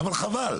אבל חבל,